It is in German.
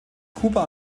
kuba